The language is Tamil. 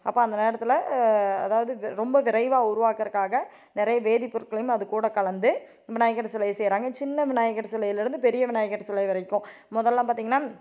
அப்போ அந்த நேரத்தில் அதாவது வெ ரொம்ப விரைவாக உருவாக்குறதுக்காக நிறைய வேதிப் பொருட்களையும் அது கூட கலந்து விநாயகர் சிலை செய்கிறாங்க சின்ன விநாயகர் சிலையில் இருந்து பெரிய விநாயகர் சிலை வரைக்கும் முதலெல்லாம் பார்த்திங்கனா